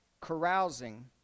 carousing